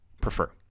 prefer